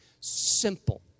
simple